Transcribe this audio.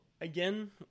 again